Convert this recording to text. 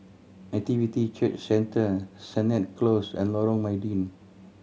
Nativity Church Centre Sennett Close and Lorong Mydin